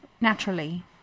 Naturally